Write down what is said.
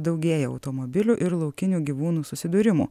daugėja automobilių ir laukinių gyvūnų susidūrimų